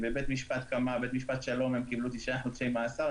בבית משפט שלום הם קיבלו תשעה חודשי מאסר,